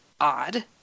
odd